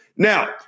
Now